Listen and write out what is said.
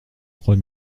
trois